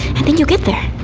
i think you'll get there.